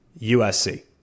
USC